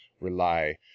rely